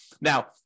Now